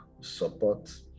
support